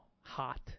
hot